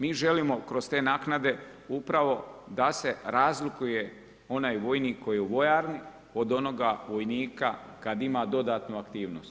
Mi želimo kroz te naknade upravo da se razlikuje onaj vojnik koji je u vojarni od onoga vojnika kad ima dodatnu aktivnost.